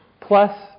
plus